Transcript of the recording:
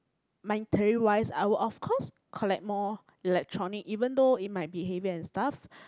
my terry wise I will of course collect more electronics even though in my behavior and stuff